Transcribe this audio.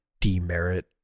demerit